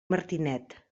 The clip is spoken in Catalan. martinet